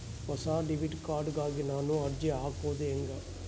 ಹೊಸ debit card ಗಾಗಿ ನಾನು ಅರ್ಜಿ ಹಾಕೊದು ಹೆಂಗ?